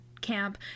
camp